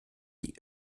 die